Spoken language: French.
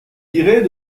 dirait